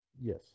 Yes